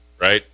right